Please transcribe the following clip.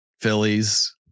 Phillies